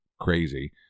crazy